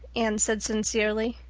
anne said sincerely.